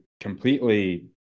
completely